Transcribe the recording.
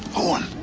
owen,